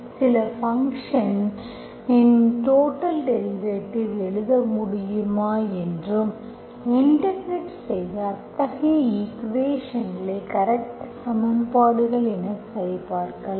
சில ஃபங்க்ஷன் இன் total derivative எழுத முடியுமா என்றும் இன்டெகிரெட் செய்து அத்தகைய ஈக்குவேஷன்ஸ்கள் கரெக்ட் சமன்பாடுகள் என சரி பார்க்கலாம்